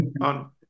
on